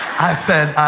i said,